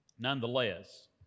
Nonetheless